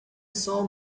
saw